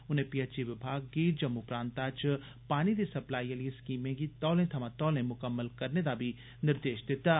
उनें पीएचई विभाग गी जम्मू प्रांता च पानी दी सप्लाई आली स्कीमें गी तौले थमां तौले मुकम्मल करने दियां हिदायतां दित्तियां